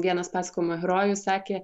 vienas pasakojimo herojus sakė